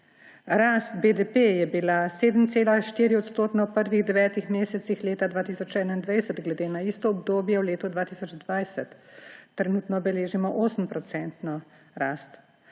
Rast BDP je bila 7,4-procentna v prvih devetih mesecih leta 2021 glede na enako obdobje v letu 2020. Trenutno beležimo 8-procentno